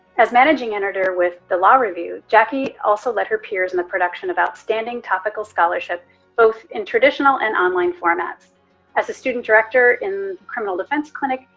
as managing editor with the law review, jackie also let her peers in the production of outstanding topical scholarship both in traditional and online formats as a student director in criminal defense clinic,